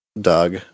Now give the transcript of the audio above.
doug